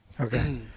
Okay